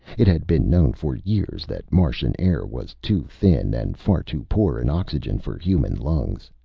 it had been known for years that martian air was too thin and far too poor in oxygen for human lungs.